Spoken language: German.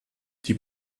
die